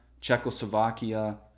Czechoslovakia